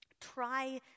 Try